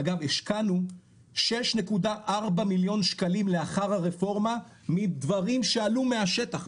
אגב השקענו 6.4 מיליון שקלים לאחר הרפורמה מדברים שעלו מהשטח,